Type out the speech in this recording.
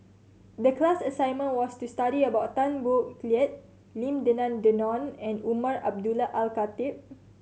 the class assignment was to study about Tan Boo Liat Lim Denan Denon and Umar Abdullah Al Khatib